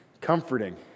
Comforting